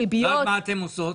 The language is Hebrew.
ואז מה אתם עושים?